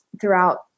throughout